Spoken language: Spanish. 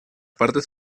parte